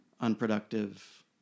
unproductive